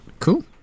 Cool